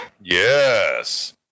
Yes